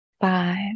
five